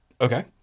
Okay